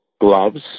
gloves